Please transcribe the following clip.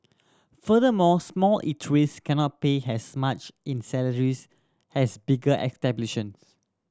furthermore small eateries cannot pay as much in salaries as bigger exhibitions